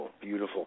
beautiful